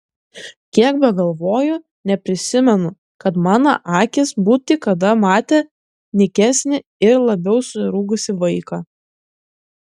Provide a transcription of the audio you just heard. kiek begalvoju neprisimenu kad mana akys būti kada matę nykesnį ir labiau surūgusį vaiką